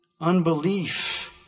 unbelief